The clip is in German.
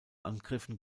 angriffen